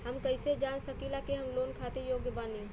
हम कईसे जान सकिला कि हम लोन खातिर योग्य बानी?